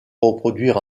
reproduire